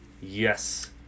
Yes